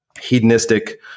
hedonistic